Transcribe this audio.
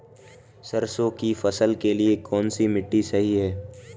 सरसों की फसल के लिए कौनसी मिट्टी सही हैं?